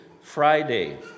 Friday